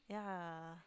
yeah